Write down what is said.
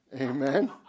Amen